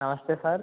నమస్తే సార్